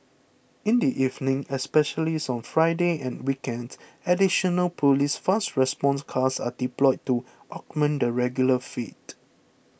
in the evening especially on Fridays and weekends additional police fast response cars are deployed to augment the regular fleet